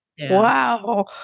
Wow